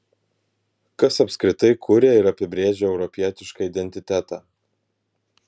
kas apskritai kuria ir apibrėžia europietišką identitetą